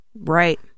right